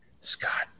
Scott